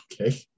okay